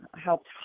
helped